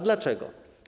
Dlaczego?